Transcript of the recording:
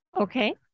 Okay